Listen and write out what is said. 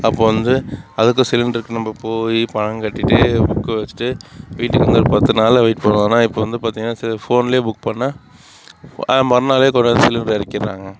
அப்போது வந்து அதுக்கும் சிலிண்டருக்கும் நம்ம போய் பணம் கட்டிட்டு புக்கை வச்சுட்டு வீட்டுக்கு வர பத்து நாள் வெயிட் பண்ணினோம் ஆனால் இப்போ வந்து பார்த்திங்கன்னா ஃபோனில் புக் பண்ணிணா மறுநாள் கொண்டாந்து சிலிண்டரை இறக்கிடுறாங்க